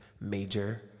Major